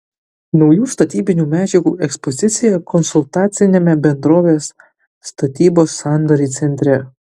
naujų statybinių medžiagų ekspozicija konsultaciniame bendrovės statybos sandoriai centre